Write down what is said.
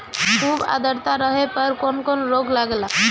खुब आद्रता रहले पर कौन कौन रोग लागेला?